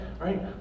Right